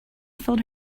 filled